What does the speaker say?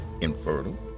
infertile